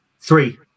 three